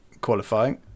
qualifying